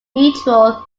neutral